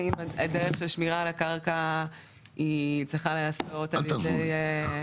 האם דרך השמירה על הקרקע צריכה להיעשות על ידי --- אל תעזרו לי.